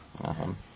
Awesome